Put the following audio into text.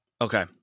Okay